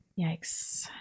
yikes